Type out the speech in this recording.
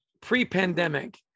pre-pandemic